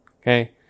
okay